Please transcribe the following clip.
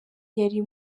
yari